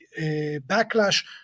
backlash